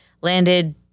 landed